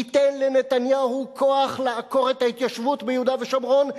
ייתן לנתניהו כוח לעקור את ההתיישבות ביהודה ושומרון,